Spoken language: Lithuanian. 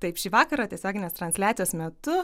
taip šį vakarą tiesioginės transliacijos metu